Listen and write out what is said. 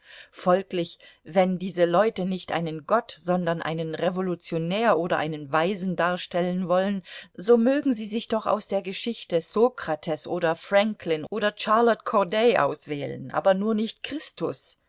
folglich wenn diese leute nicht einen gott sondern einen revolutionär oder einen weisen darstellen wollen so mögen sie sich doch aus der geschichte sokrates oder franklin oder charlotte corday auswählen aber nur nicht christus